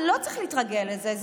לא צריך להתרגל לזה.